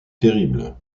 terrible